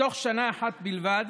בתוך שנה אחת בלבד